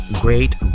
great